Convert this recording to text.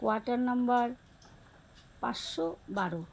quarter number পাঁচশো বারো